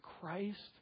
Christ